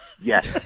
Yes